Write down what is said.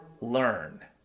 learn